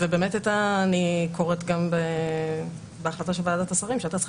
ואני באמת קוראת גם בהחלטה של ועדת השרים שהייתה צריכה